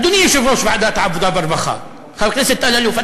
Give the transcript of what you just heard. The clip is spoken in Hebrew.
אדוני יושב-ראש ועדת העבודה והרווחה חבר הכנסת אלאלוף,